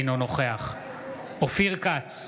אינו נוכח אופיר כץ,